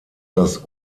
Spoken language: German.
das